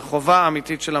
זו החובה האמיתית של המדינה.